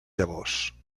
llavors